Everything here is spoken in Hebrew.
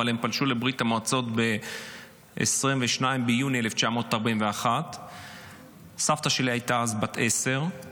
אבל הם פלשו לברית המועצות ב-22 ביוני 1941. סבתא שלי הייתה אז בת עשר,